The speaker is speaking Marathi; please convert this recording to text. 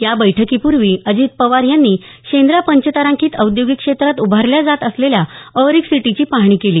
या बैठकीपूर्वी अजित पवार यांनी शेंद्रा पंचतारांकित औद्योगिक क्षेत्रात उभारल्या जात असलेल्या ऑरिक सिटीची पाहणी केली